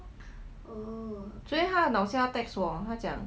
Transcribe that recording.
昨天他很好笑他 text 我讲